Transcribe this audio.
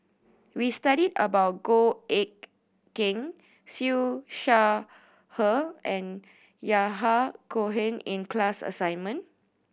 we studied about Goh Eck Kheng Siew Shaw Her and Yahya Cohen in class assignment